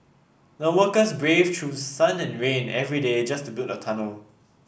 the workers braved through sun and rain every day just to build the tunnel